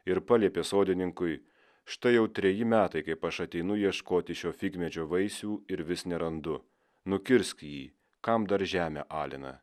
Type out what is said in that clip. ir paliepė sodininkui štai jau treji metai kaip aš ateinu ieškoti šio figmedžio vaisių ir vis nerandu nukirsk jį kam dar žemę alina